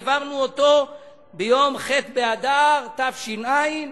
העברנו אותו ביום ח' באדר התש"ע,